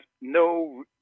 no